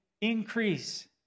increase